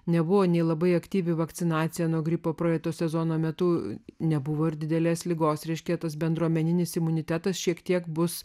nebuvo nei labai aktyvi vakcinacija nuo gripo praeito sezono metu nebuvo ir didelės ligos reiškia bendruomeninis imunitetas šiek tiek bus